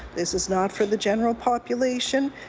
this is not for the general population.